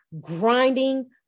grinding